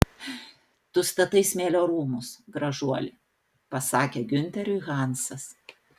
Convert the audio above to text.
tu statai smėlio rūmus gražuoli pasakė giunteriui hansas